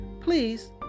Please